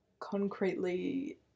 concretely